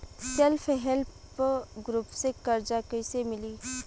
Self help group से कर्जा कईसे मिली?